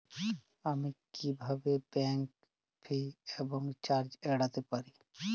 আমি কিভাবে bank fee এবং চার্জ এড়াতে পারি?